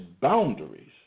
boundaries